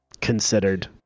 considered